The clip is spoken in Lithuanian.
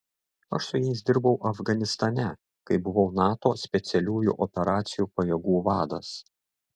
aš su jais dirbau afganistane kai buvau nato specialiųjų operacijų pajėgų vadas